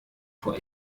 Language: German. vor